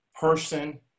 person